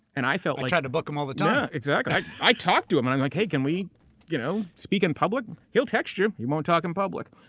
and i like try to book him all the time. yeah, exactly. i talk to him and i'm like, hey, can we you know speak in public? he'll text you. he won't talk in public.